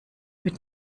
mit